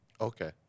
Okay